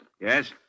Yes